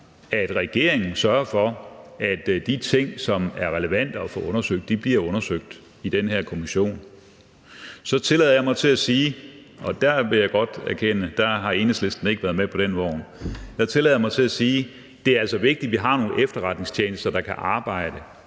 at regeringen sørger for, at de ting, som er relevante at få undersøgt, bliver undersøgt i den her kommission. Så tillader jeg mig at sige – og jeg vil godt erkende, at Enhedslisten ikke har været med på den vogn – at det altså er vigtigt, at vi har nogle efterretningstjenester, der kan arbejde,